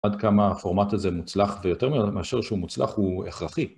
עד כמה הפורמט הזה מוצלח, ויותר מאשר שהוא מוצלח הוא הכרחי.